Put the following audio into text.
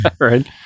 Right